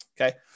Okay